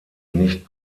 nicht